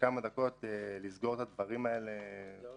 לכמה דקות כדי לסגור את הדברים האלה בחדר,